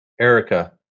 Erica